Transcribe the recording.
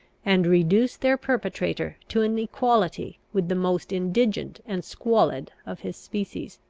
and reduce their perpetrator to an equality with the most indigent and squalid of his species.